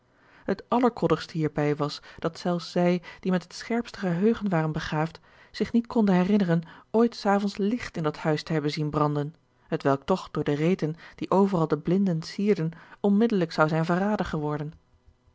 het allerkoddigste hierbij was dat zelfs zij die met het scherpste geheugen waren begaafd zich niet konden herinneren ooit s avonds licht in dat huis te hebben zien branden hetwelk toch door de reten die overal de blinden sierden onmiddellijk zou zijn verraden geworden